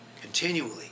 Continually